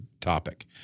topic